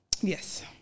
Yes